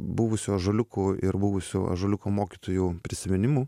buvusių ąžuoliukų ir buvusių ąžuoliuko mokytojų prisiminimų